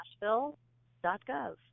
Nashville.gov